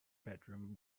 bedroom